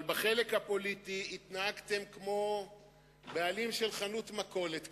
אבל בחלק הפוליטי התנהגתם כמו בעלים של חנות מכולת קטנה,